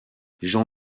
jean